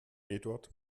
eduard